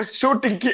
shooting